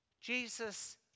Jesus